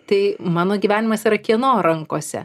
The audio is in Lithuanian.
tai mano gyvenimas yra kieno rankose